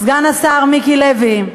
סגן השר מיקי לוי,